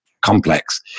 complex